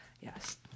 yes